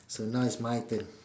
so is now my turn